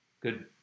Good